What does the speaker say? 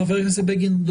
חבר הכנסת בגין,